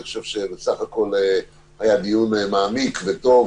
אני חושב שבסך הכול היה דיון מעמיק וטוב,